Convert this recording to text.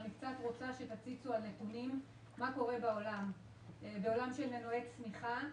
אני רוצה שתציצו על מה קורה בעולם מבחינת מנועי צמיחה.